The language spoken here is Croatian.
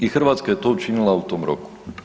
I Hrvatska je to učinila u tom roku.